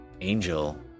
angel